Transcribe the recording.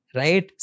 right